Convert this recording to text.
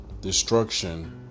destruction